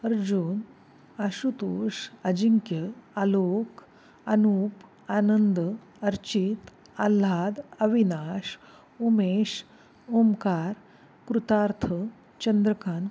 Arjun Ashutosh Ajinkya Alok Anup Anand Archit Alhad Avinash Umesh Omkar Kritarth Chandrakant